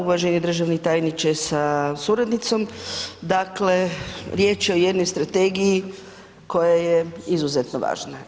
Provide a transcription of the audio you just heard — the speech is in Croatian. Uvaženi državni tajniče sa suradnicom, dakle riječ je o jednoj strategiji koja je izuzetno važna.